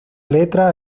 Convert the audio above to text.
letra